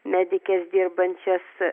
medikes dirbančias